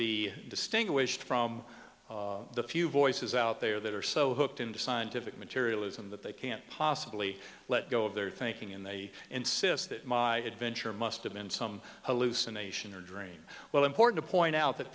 be distinguished from the few voices out there that are so hooked into scientific materialism that they can't possibly let go of their thinking and they insist that my adventure must have been some hallucination or dream well important to point out that